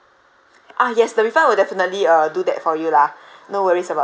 ah yes the refund will definitely uh do that for you lah no worries about that